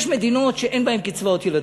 יש מדינות שאין בהן קצבאות ילדים,